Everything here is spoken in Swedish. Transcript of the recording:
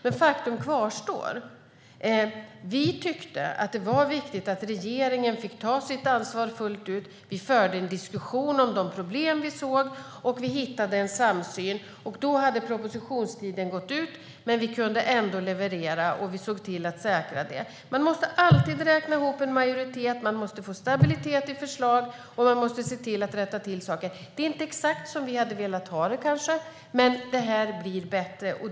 Men faktum kvarstår: Vi tyckte att det var viktigt att regeringen fick ta sitt ansvar fullt ut. Vi förde en diskussion om de problem vi såg, och vi hittade en samsyn. Då hade propositionstiden gått ut, men vi kunde ändå leverera och se till att säkra det. Man måste alltid räkna ihop en majoritet, man måste få stabilitet i förslag och man måste se till att saker rättas till. Det kanske inte är exakt som vi hade velat ha det, men detta blir bättre.